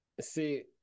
See